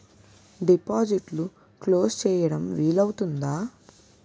డిపాజిట్లు క్లోజ్ చేయడం వీలు అవుతుందా?